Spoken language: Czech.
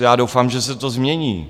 Já doufám, že se to změní.